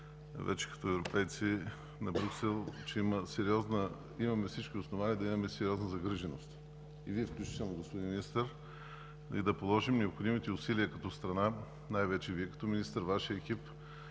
вече като европейци, че имаме всички основания да имаме сериозна загриженост, и Вие включително, господин Министър, и да положим необходимите усилия като страна – най-вече Вие като министър, Вашият екип,